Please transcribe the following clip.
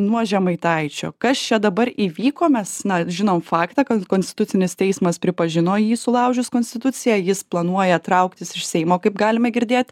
nuo žemaitaičio kas čia dabar įvyko mes na žinom faktą kad konstitucinis teismas pripažino jį sulaužius konstituciją jis planuoja trauktis iš seimo kaip galime girdėti